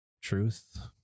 truth